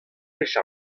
wech